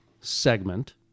segment